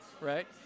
right